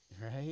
right